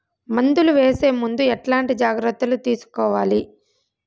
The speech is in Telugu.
మందులు వేసే ముందు ఎట్లాంటి జాగ్రత్తలు తీసుకోవాలి?